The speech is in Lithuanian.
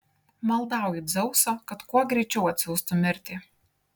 maldauju dzeuso kad kuo greičiau atsiųstų mirtį